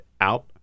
out